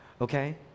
Okay